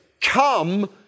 come